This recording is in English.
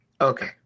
Okay